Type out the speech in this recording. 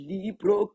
Libro